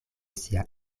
sia